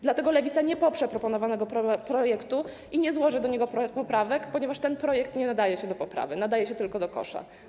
Dlatego Lewica nie poprze proponowanego projektu i nie złoży do niego poprawek, ponieważ ten projekt nie nadaje się do poprawy, nadaje się tylko do kosza.